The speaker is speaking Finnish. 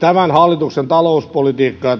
tämän hallituksen talouspolitiikka